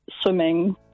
swimming